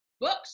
books